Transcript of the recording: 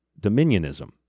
dominionism